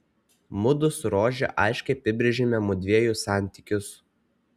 mudu su rože aiškiai apibrėžėme mudviejų santykius